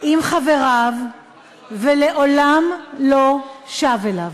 עם חבריו ולעולם לא שב אליו.